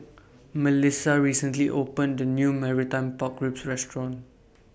Melissia recently opened The New Marmite Pork Ribs Restaurant